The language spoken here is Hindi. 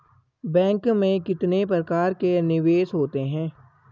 बैंक में कितने प्रकार के निवेश होते हैं?